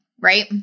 right